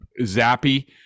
zappy